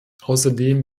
außerdem